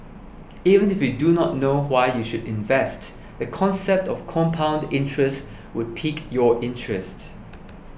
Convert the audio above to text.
even if you do not know why you should invest the concept of compound interest would pique your interest